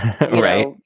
right